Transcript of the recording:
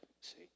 See